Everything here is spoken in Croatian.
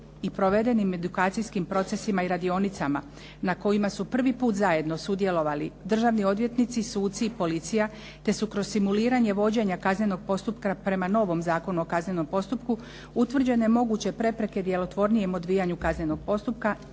i provedenim edukacijskim procesima i radionicama na kojima su prvi puta zajedno sudjelovali državni odvjetnici, suci i policija, te su kroz simuliranje vođena kaznenog postupka prema novom Zakonu o kaznenom postupku utvrđene moguće prepreke djelotvornijem odvijanju kaznenog postupka